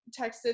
texted